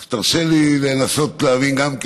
אז תרשה לי לנסות להבין גם כן.